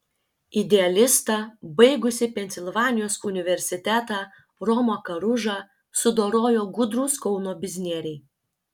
idealistą baigusį pensilvanijos universitetą romą karužą sudorojo gudrūs kauno biznieriai